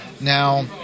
Now